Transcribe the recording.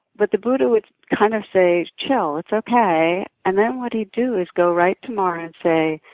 but the buddha would kind of say, chill. it's okay, and then what he'd do is go right to mara and say,